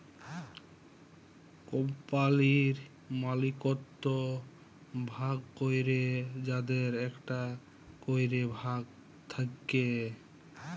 কম্পালির মালিকত্ব ভাগ ক্যরে যাদের একটা ক্যরে ভাগ থাক্যে